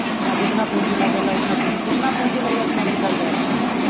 जितना जितना पूँजी लगेलहुँ ऊतना जितना पूँजी लगेलहुँ ऊतना निकल जाय अपन अहाँके